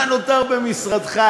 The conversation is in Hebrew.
מה נותר במשרדך?